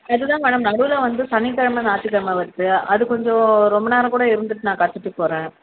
அதுதான் மேடம் நடுவில் வந்து சனிக் கிழம ஞாயிற்று கிழம வருது அது கொஞ்சம் ரொம்ப நேரம் கூட இருந்துகிட்டு நான் கற்றுட்டு போகிறேன்